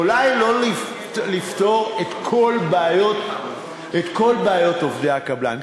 אולי לא לפתור את כל בעיות עובדי הקבלן,